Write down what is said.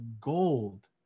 gold